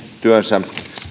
työnsä